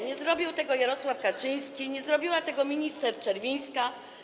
Nie zrobił tego Jarosław Kaczyński, nie zrobiła tego minister Czerwińska.